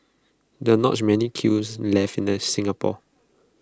there are not many kilns left in the Singapore